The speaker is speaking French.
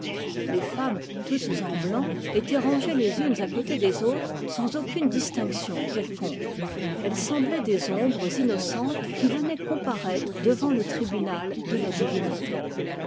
les femmes toutes en blanc étaient rangées les unes à côté des autres sans aucune distinction quelconque elles semblaient des ombres innocentes qui venaient comparaître devant le tribunal de la divinité